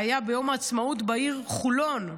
שהיה ביום העצמאות בעיר חולון.